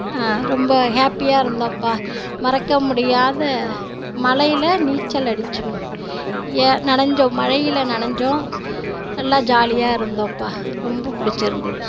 ரொம்ப ஹாப்பியாக இருந்தோம்ப்பா மறக்க முடியாத மழையில் நீச்சல் அடித்தோம் நனஞ்சோம் மழையில் நனஞ்சோம் நல்லா ஜாலியாக இருந்தோம்ப்பா ரொம்ப பிடிச்சிருந்துது